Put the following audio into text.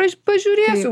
aš pažiūrėsiu